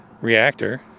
reactor